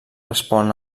respon